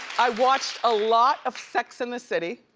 i watched a lot of sex and the city.